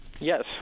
yes